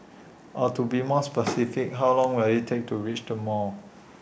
or to be more specific how long will IT take to reach the mall